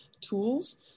tools